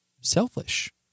selfish